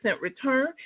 return